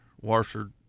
washer